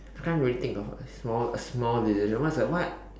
I can't really think of a small a small decision what's the what